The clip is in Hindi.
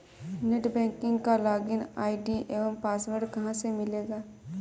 नेट बैंकिंग का लॉगिन आई.डी एवं पासवर्ड कहाँ से मिलेगा?